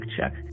check